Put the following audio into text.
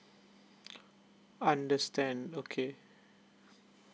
understand okay